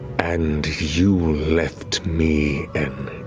and you left me an